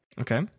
Okay